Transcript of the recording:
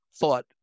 thought